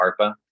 ARPA